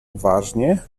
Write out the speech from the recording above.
uważnie